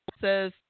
says